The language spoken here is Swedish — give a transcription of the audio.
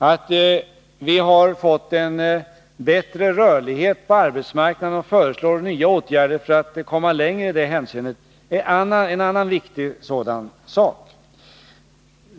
Att vi har fått en bättre rörlighet på arbetsmarknaden och att vi föreslår nya åtgärder för att komma längre i det hänseendet är en annan viktig sak.